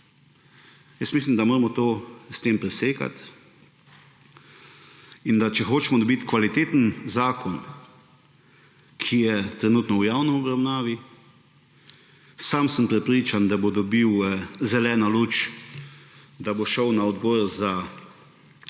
Mislim, da moramo to s tem presekati in da če hočemo dobiti kvaliteten zakon, ki je trenutno v javni obravnavi, sam sem prepričan, da bo dobil zeleno luč, da bo šel na Odbor za